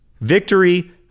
Victory